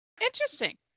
interesting